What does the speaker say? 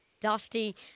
Dusty